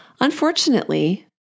Unfortunately